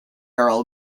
earl